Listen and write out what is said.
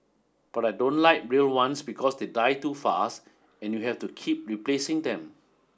but I don't like real ones because they die too fast and you have to keep replacing them